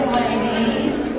ladies